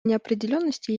неопределенности